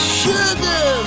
sugar